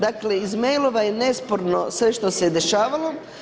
Dakle iz mailova je nesporno sve što se dešavalo.